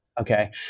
Okay